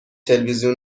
تلویزیون